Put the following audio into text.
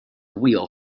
wheel